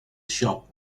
shop